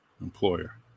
employer